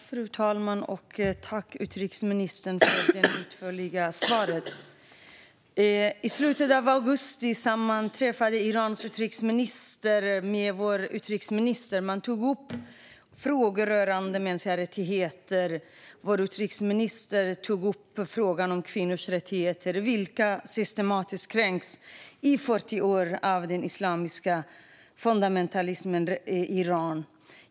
Fru talman! Tack, utrikesministern, för det utförliga svaret! I slutet av augusti träffade Irans utrikesminister vår utrikesminister. Man tog upp frågor rörande mänskliga rättigheter. Vår utrikesminister tog upp frågan om kvinnors rättigheter, vilka systematiskt kränkts i 40 år av den islamiska fundamentalismen i Iran.